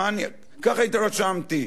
ככה התרשמתי.